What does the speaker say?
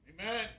Amen